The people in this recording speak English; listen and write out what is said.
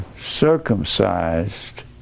circumcised